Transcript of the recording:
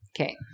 Okay